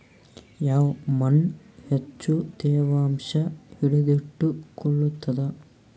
ಯಾವ್ ಮಣ್ ಹೆಚ್ಚು ತೇವಾಂಶ ಹಿಡಿದಿಟ್ಟುಕೊಳ್ಳುತ್ತದ?